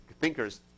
thinkers